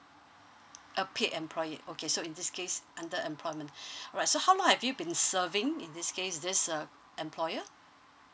oh paid employee okay so in this case under employment alright so how long have you been serving in this case this uh employer